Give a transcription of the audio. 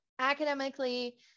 Academically